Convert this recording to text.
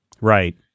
Right